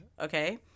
Okay